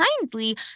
kindly